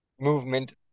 movement